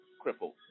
crippled